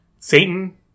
Satan